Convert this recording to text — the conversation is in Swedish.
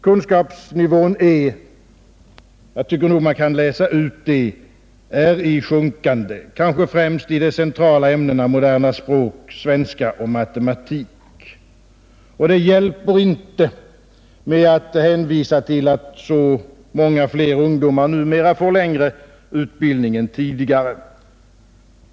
Kunskapsnivån är — jag tycker nog man kan utläsa det — i sjunkande, kanske främst i de centrala ämnena moderna språk, svenska och matematik. Det hjälper inte att hänvisa till att så många fler ungdomar numera får längre utbildning än tidigare.